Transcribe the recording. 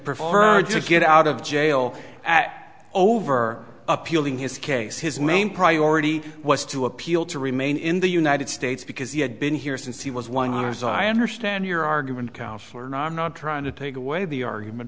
preferred to get out of jail at over appealing his case his main priority was to appeal to remain in the united states because he had been here since he was one as i understand your argument councilor and i'm not trying to take away the argument